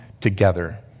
together